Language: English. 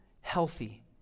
healthy